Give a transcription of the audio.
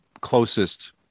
closest